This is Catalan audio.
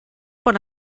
pon